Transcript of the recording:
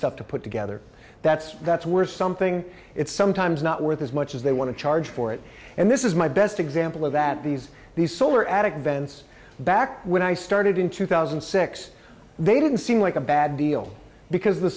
stuff to put together that's that's worth something it's sometimes not worth as much as they want to charge for it and this is my best example of that these these solar attic vents back when i started in two thousand and six they didn't seem like a bad deal because the